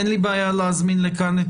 אין לי בעיה להזמין לכאן בפעם הבאה את